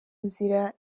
nzira